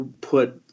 put